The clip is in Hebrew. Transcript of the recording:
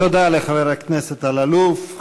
תודה לחבר הכנסת אלאלוף.